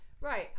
Right